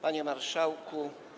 Panie Marszałku!